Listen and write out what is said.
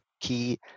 key